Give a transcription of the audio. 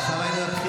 אז אני מודיע לך,